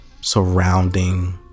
surrounding